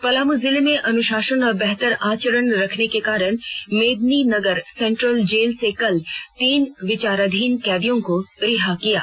पलामू जिले में अनुशासन और बेहतर आचरण रखने के कारण मेदिनीनगर सेंट्रल जेल से कल तीन विचाराधीन कैदियों को रिहा किया गया